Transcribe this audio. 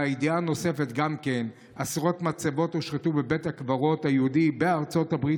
ידיעה נוספת: עשרות מצבות הושחתו בבית הקברות היהודי בארצות הברית.